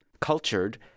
cultured